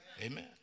Amen